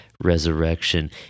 Resurrection